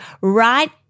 right